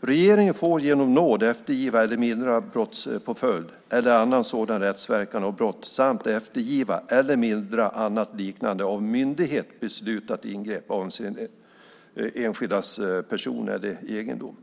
"Regeringen får genom nåd eftergiva eller mildra brottspåföljd eller annan sådan rättsverkan av brott samt eftergiva eller mildra annat liknande av myndighet beslutat ingrepp avseende enskild person eller egendom."